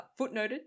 footnoted